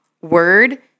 word